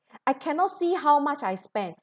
I cannot see how much I spend